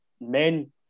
men